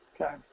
Okay